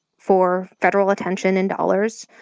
for federal attention and dollars.